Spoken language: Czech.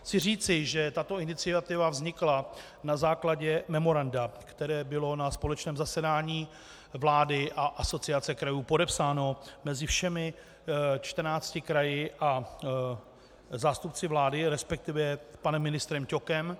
Chci říci, že tato iniciativa vznikla na základě memoranda, které bylo na společném zasedání vlády a Asociace krajů podepsáno mezi všemi 14 kraji a zástupci vlády, respektive panem ministrem Ťokem.